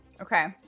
Okay